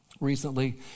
recently